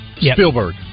Spielberg